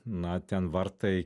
na ten vartai